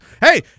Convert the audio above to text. Hey